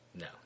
No